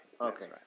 Okay